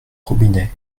robinet